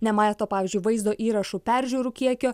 nemato pavyzdžiui vaizdo įrašų peržiūrų kiekio